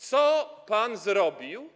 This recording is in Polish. Co pan zrobił.